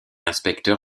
inspecteur